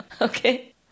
Okay